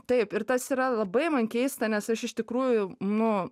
taip ir tas yra labai man keista nes aš iš tikrųjų nu